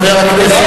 חבר הכנסת